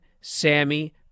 Sammy